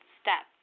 step